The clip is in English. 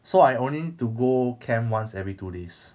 so I only need to go camp once every two days